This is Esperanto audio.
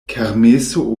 kermeso